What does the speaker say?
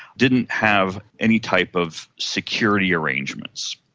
didn't have any type of security arrangements.